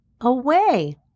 away